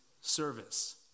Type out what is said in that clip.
service